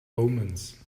omens